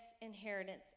inheritance